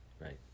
Right